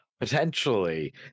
potentially